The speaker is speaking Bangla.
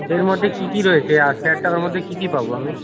এর মধ্যে কী কী রয়েছে আর প্যাকটার মধ্যে কী কী পাব আমি